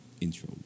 intro